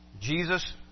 Jesus